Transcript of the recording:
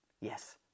yes